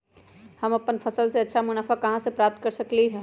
हम अपन फसल से अच्छा मुनाफा कहाँ से प्राप्त कर सकलियै ह?